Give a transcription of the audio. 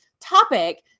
topic